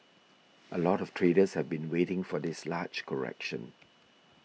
a lot of traders have been waiting for this large correction